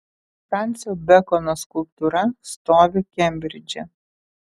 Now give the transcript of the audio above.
fransio bekono skulptūra stovi kembridže